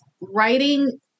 writing